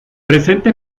presenta